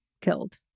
killed